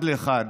אחד לאחד,